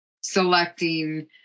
selecting